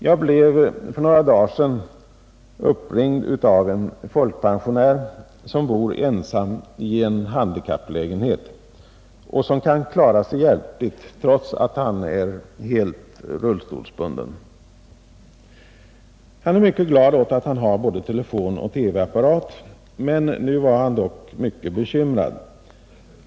Jag blev för ett par dagar sedan uppringd av en folkpensionär, som bor ensam i en handikapplägenhet och som kan klara sig hjälpligt, trots att han är helt rullstolsbunden. Han är mycket glad åt att han har både telefon och TV-apparat. Nu var han dock mycket bekymrad.